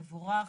יבורך,